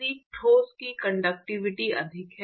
यदि ठोस की कंडक्टिविटी अधिक है